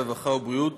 הרווחה והבריאות